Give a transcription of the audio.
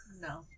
no